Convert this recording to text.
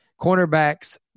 Cornerbacks